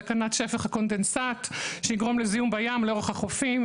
סכנת שפך הקונדנסט שיגרום לזיהום בים לאורך החופים,